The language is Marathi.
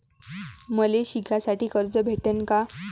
मले शिकासाठी कर्ज भेटन का?